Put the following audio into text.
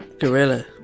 Gorilla